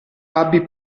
abbi